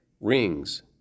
rings